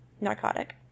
narcotic